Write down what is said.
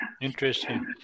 interesting